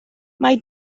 mae